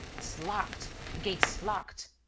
it's locked. the gate's locked!